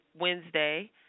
Wednesday